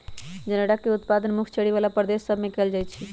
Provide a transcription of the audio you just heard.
जनेरा के उत्पादन मुख्य चरी बला प्रदेश सभ में कएल जाइ छइ